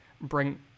bring